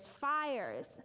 fires